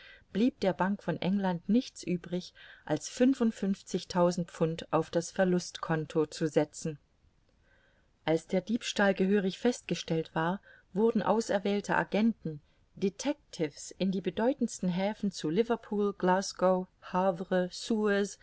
blieb der bank von england nichts übrig als fünfundfünfzigtausend pfund auf das verlustconto zu setzen als der diebstahl gehörig festgestellt war wurden auserwählte agenten detectivs in die bedeutendsten häfen zu liverpool glasgow havre